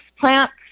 plants